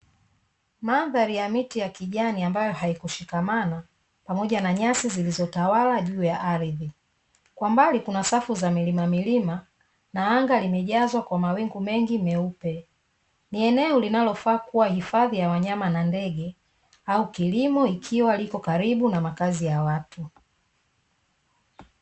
Mandhari ya miti ya kijani ambayo haikushikamana pamoja na nyasi zilizotawala juu ya ardhi. Kwa mbali kuna safu za milimamilima na anga limejazwa kwa mawingu mengi meupe. Ni eneo linalofaa kuwa hifadhi ya wanyama na ndege, au kilimo ikiwa liko na makazi ya watu.